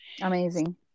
Amazing